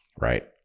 right